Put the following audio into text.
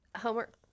homework